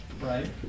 right